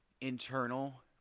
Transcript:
internal